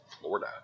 Florida